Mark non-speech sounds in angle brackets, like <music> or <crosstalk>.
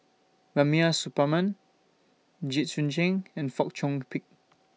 Rubiah Suparman Jit <unintelligible> Ch'ng and Fong Chong Pik